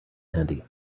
handy